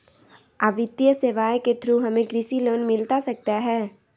आ वित्तीय सेवाएं के थ्रू हमें कृषि लोन मिलता सकता है?